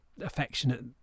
affectionate